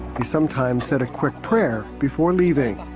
he sometimes said a quick prayer before leaving.